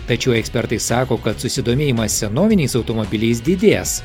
tačiau ekspertai sako kad susidomėjimas senoviniais automobiliais didės